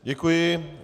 Děkuji.